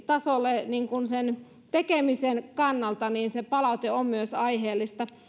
tasolle sen tekemisen kannalta niin se palaute on myös aiheellista